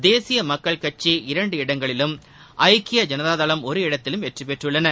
தேசிய மக்கள் கட்சி இரண்டு இடங்களிலும் ஐக்கிய ஜனதா தளம் ஒரு இடத்திலும் வெற்றி பெற்றுள்ளன